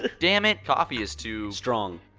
ah damn it! coffee is too. strong.